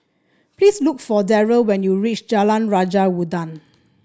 please look for Derrell when you reach Jalan Raja Udang